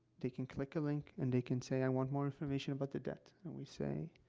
they can click a link, and they can say, i want more information about the debt, and we say,